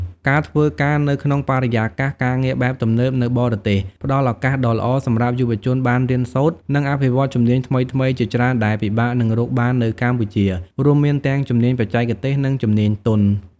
ការធ្វើការនៅក្នុងបរិយាកាសការងារបែបទំនើបនៅបរទេសផ្ដល់ឱកាសដ៏ល្អសម្រាប់យុវជនបានរៀនសូត្រ និងអភិវឌ្ឍជំនាញថ្មីៗជាច្រើនដែលពិបាកនឹងរកបាននៅកម្ពុជា រួមមានទាំងជំនាញបច្ចេកទេស និងជំនាញទន់។